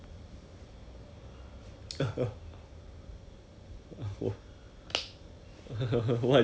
but I actually have a very crazy idea now that I don't know whether should do it or not because